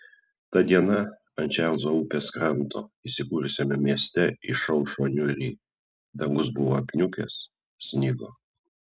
ta diena ant čarlzo upės kranto įsikūrusiame mieste išaušo niūri dangus buvo apniukęs snigo